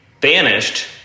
banished